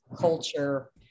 culture